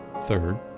Third